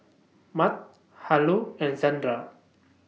Mart Harlow and Zandra